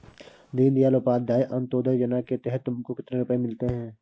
दीन दयाल उपाध्याय अंत्योदया योजना के तहत तुमको कितने रुपये मिलते हैं